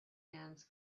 hands